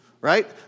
right